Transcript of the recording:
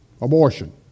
abortion